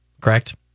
correct